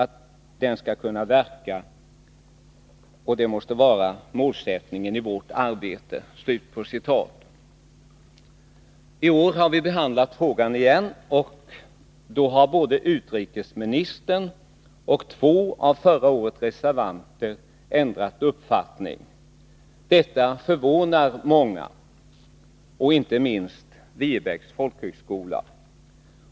Att den skall kunna verka måste vara målsättningen i vårt arbete.” Tår har vi behandlat frågan igen, och då har både utbildningsministern och två av förra årets reservanter ändrat uppfattning. Detta förvånar många, inte minst vid Viebäcks folkhögskola.